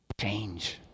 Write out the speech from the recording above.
change